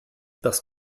parce